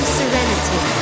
serenity